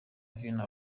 vino